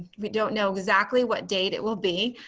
we don't know exactly what date it will be.